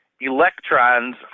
electrons